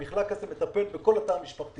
המחלק הזה מטפל בכל התא המשפחתי